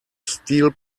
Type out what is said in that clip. steel